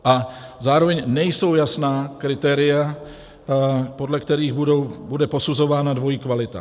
A zároveň nejsou jasná kritéria, podle kterých bude posuzována dvojí kvalita.